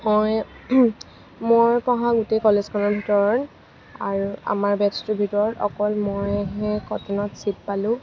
মই মই পঢ়া গোটেই কলেজখনৰ ভিতৰত আৰু আমাৰ বেটচটোৰ ভিতৰত অকল মইহে কটনত ছীট পালোঁ